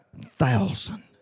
thousand